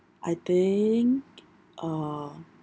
I think uh